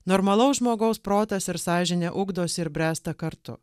normalaus žmogaus protas ir sąžinė ugdosi ir bręsta kartu